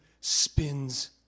spins